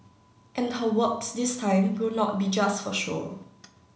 and her works this time will not be just for show